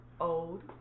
old